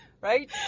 right